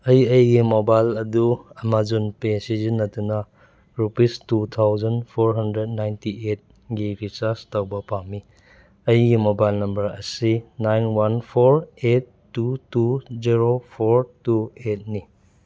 ꯑꯩ ꯑꯩꯒꯤ ꯃꯣꯕꯥꯏꯜ ꯑꯗꯨ ꯑꯃꯥꯖꯣꯟ ꯄꯦ ꯁꯤꯖꯤꯟꯅꯗꯨꯅ rupees two thousand four hundred ninety ꯑꯦꯠꯒꯤ ꯔꯤꯆꯥꯔꯖ ꯇꯧꯕ ꯄꯥꯝꯃꯤ ꯑꯩꯒꯤ ꯃꯣꯕꯥꯏꯜ ꯅꯝꯕꯔ ꯑꯁꯤ nine one four eight two two zero four two ꯑꯩꯠꯅꯤ